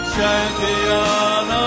Champion